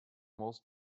most